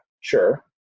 Sure